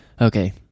okay